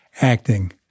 acting